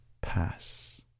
pass